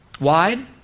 wide